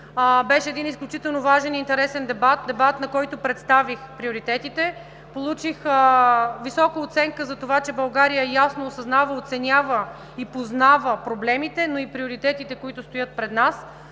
Беше един изключително важен и интересен дебат, на който представих приоритетите. Получих висока оценка за това, че България ясно осъзнава, оценява и познава проблемите, но и приоритетите, които стоят пред нас.